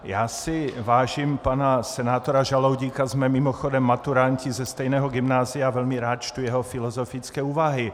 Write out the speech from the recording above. Já si vážím pana senátora Žaloudíka, jsme mimochodem maturanti ze stejného gymnázia, velmi rád čtu jeho filozofické úvahy.